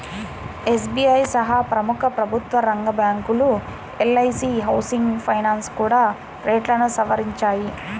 SBI సహా ప్రముఖ ప్రభుత్వరంగ బ్యాంకులు, ఎల్.ఐ.సీ హౌసింగ్ ఫైనాన్స్ కూడా రేట్లను సవరించాయి